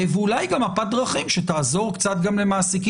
ואולי גם מפת דרכים שתעזור קצת גם למעסיקי